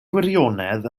gwirionedd